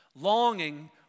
Longing